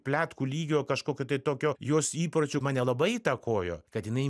pletkų lygio kažkokio tai tokio jos įpročių mane labai įtakojo kad jinai